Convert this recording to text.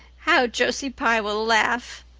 how josie pye will laugh!